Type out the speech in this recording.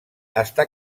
està